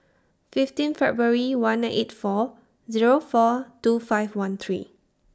fifteen February one nine eight four Zero four two five one three